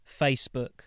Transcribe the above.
Facebook